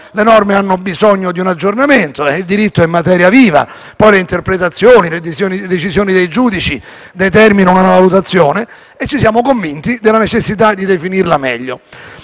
e che hanno bisogno di un aggiornamento. Il diritto è materia viva, le interpretazioni e le decisioni dei giudici determinano una valutazione e noi ci siamo convinti della necessità di definire meglio